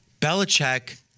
Belichick